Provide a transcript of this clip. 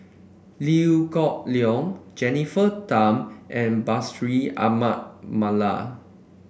Liew Geok Leong Jennifer Tham and Bashir Ahmad Mallal